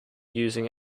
using